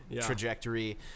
trajectory